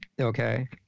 okay